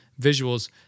visuals